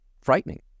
frightening